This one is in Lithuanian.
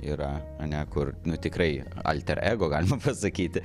yra ane kur nu tikrai alter ego galima pasakyti